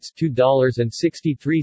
$2.63